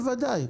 בוודאי.